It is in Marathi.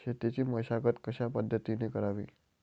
शेतीची मशागत कशापद्धतीने करावी?